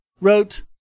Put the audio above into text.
wrote